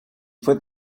put